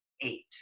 eight